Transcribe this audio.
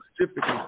specifically